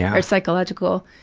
yeah or psychological.